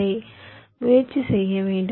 அதை முயற்சி செய்ய வேண்டும்